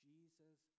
Jesus